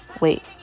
wait